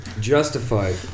Justified